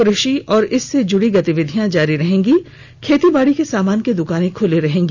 कृषि और इससे जुड़ी गतिविधियां जारी रहेंगी खेतीबाड़ी के सामान की दुकानें खुली रहेंगी